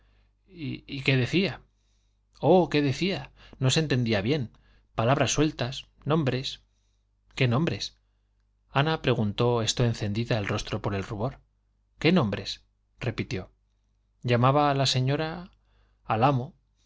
y qué decía oh qué decía no se entendía bien palabras sueltas nombres qué nombres ana preguntó esto encendido el rostro por el rubor qué nombres repitió llamaba la señora al